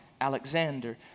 Alexander